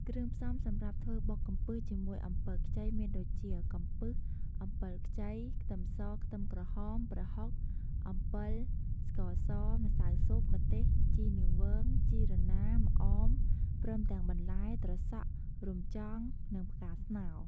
គ្រឿងផ្សំសម្រាប់ធ្វើបុកកំពឹសជាមួយអំពិលខ្ចីមានដូចជា កំពឹស អំពិលខ្ចី ខ្ទឹមស ខ្ទឹមក្រហម ប្រហុក អំបិល ស្ករស ម្សៅស៊ុប ម្ទេស ជីនាងវង ជីរណា ម្អម ព្រមទាំងបន្លែ ត្រសក់ រំចង់ និងផ្កាស្នោ។